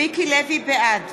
בעד